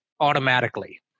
automatically